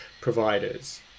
providers